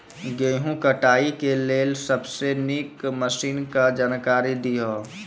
गेहूँ कटाई के लेल सबसे नीक मसीनऽक जानकारी दियो?